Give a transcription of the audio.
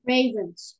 Ravens